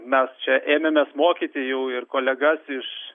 mes čia ėmėmės mokyti jau ir kolegas iš